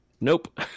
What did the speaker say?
Nope